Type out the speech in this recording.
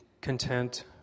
content